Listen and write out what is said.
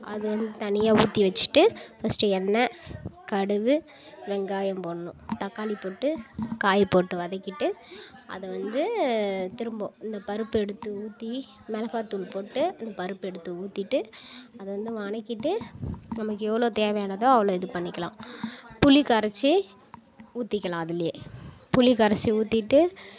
அது வந்து தனியாக ஊற்றி வச்சுட்டு ஃபஸ்டு எண்ணெய் கடுகு வெங்காயம் போடணும் தக்காளி போட்டு காயை போட்டு வதக்கிட்டு அதை வந்து திரும்ப இந்த பருப்பு எடுத்து ஊற்றி மிளகாத்தூள் போட்டு இந்த பருப்பை எடுத்து ஊற்றிட்டு அதை வந்து வனக்கிட்டு நமக்கு எவ்வளோ தேவையானதோ அவ்வளோ இது பண்ணிக்கலாம் புளி கரைச்சி ஊற்றிக்கிலாம் அதுலேயே புளி கரைச்சி ஊற்றிட்டு